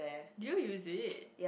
do you use it